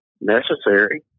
Necessary